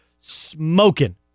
smoking